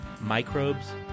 microbes